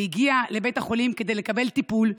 הוא הגיע לבית החולים כדי לקבל טיפול,